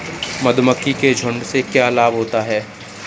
मधुमक्खी के झुंड से क्या लाभ होता है?